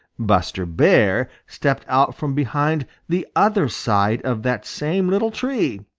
buster bear stepped out from behind the other side of that same little tree,